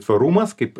tvarumas kaip